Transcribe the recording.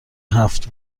هفت